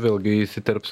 vėlgi įsiterps